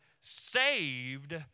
saved